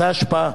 זו ההשפעה.